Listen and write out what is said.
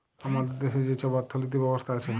আমাদের দ্যাশে যে ছব অথ্থলিতি ব্যবস্থা আছে